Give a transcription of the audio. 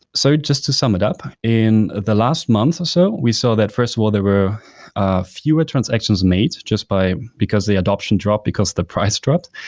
so just to sum it up, in the last month so we saw that, first of all, there were ah fewer transactions made just by because the adoption drop, because the price dropped.